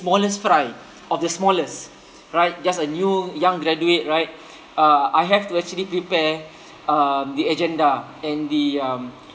smallest fry of the smallest right just a new young graduate right uh I have to actually prepare um the agenda and the um